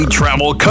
travel